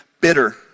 bitter